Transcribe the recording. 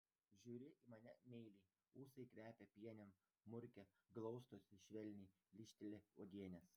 žiūri į mane meiliai ūsai kvepia pienėm murkia glaustosi švelniai lyžteli uogienės